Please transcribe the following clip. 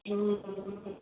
हूँ सब दिन कत्तऽ